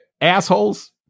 Assholes